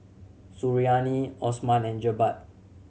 Suriani Osman and Jebat